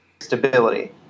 stability